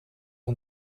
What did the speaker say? een